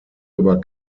über